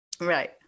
Right